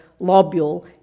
lobule